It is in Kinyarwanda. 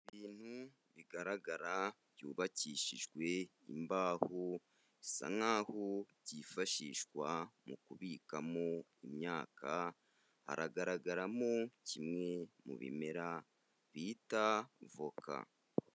Ibintu bigaragara byubakishijwe imbaho, bisa nk'aho byifashishwa mu kubikamo imyaka, haragaragaramo kimwe mu bimera bita voka.